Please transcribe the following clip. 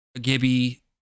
Gibby